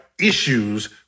issues